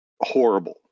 horrible